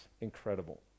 incredible